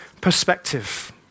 perspective